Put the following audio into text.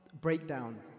breakdown